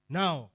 now